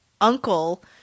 uncle